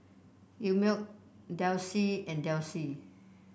Einmilk Delsey and Delsey